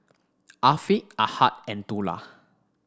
Afiq Ahad and Dollah